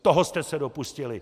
Toho jste se dopustili!